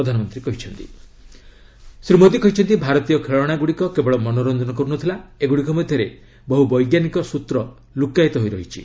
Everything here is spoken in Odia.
ପ୍ରଧାନମନ୍ତ୍ରୀ କହିଛନ୍ତି ଭାରତୀୟ ଖେଳାଣାଗୁଡ଼ିକ କେବଳ ମନୋରଞ୍ଜନ କରୁନଥିଲା ଏଗୁଡ଼ିକ ମଧ୍ୟରେ ବହୁ ବୈଜ୍ଞାନିକ ସୂତ୍ର ଲୁକ୍କାୟିତ ହୋଇ ରହିଛି